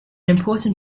important